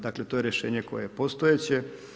Dakle, to je rješenje koje je postojeće.